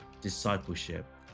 Discipleship